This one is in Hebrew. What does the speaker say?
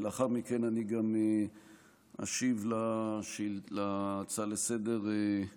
ולאחר מכן אני גם אשיב להצעה לסדר-היום